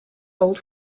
old